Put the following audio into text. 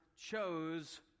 chose